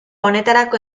honetarako